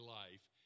life